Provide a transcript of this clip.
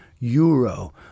Euro